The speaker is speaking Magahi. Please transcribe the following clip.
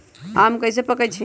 आम कईसे पकईछी?